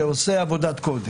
שעושה עבודת קודש,